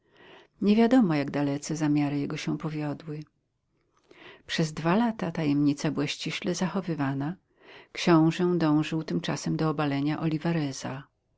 nie wiadomo jak dalece zamiary jego się powiodły przez dwa lata tajemnica była ściśle zachowywana książę dążył tymczasem do obalenia